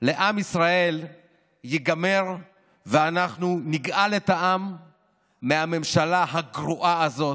לעם ישראל ייגמר ואנחנו נגאל את העם מהממשלה הגרועה הזאת,